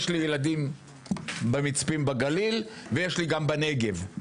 יש לי ילדים במצפים בגליל ויש לי גם בנגב.